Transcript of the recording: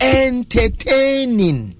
entertaining